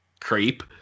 Creep